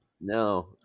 No